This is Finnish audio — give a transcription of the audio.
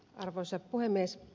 arvoisa puhemies